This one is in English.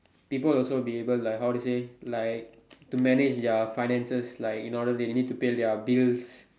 people also deliver like how they say like to manage their finances like in order that they need to pay their bills